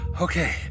Okay